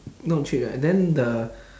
not cheap right then the